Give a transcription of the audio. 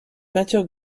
peintures